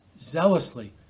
Zealously